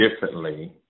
differently –